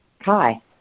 hi